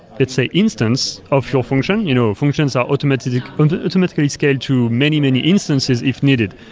let's say, instance of your function, you know functions are automatically and automatically scaled to many, many instances if needed.